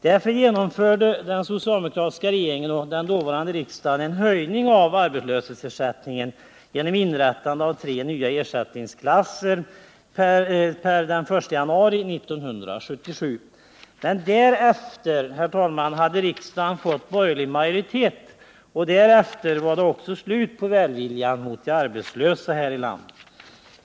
Därför genomförde den socialdemokratiska regeringen och den dåvarande riksdagen en höjning av arbetslöshetsersättningen genom inrättande av tre nya ersättningsklasser per den 1 januari 1977. Men därefter, herr talman, fick riksdagen borgerlig majoritet, och då var det också slut på välviljan mot de arbetslösa här i landet.